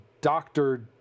doctor